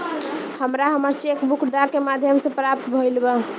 हमरा हमर cheque book डाक के माध्यम से प्राप्त भईल बा